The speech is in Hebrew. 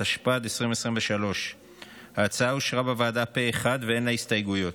התשפ"ד 2023. ההצעה אושרה בוועדה פה אחד ואין לה הסתייגויות.